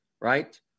right